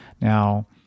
now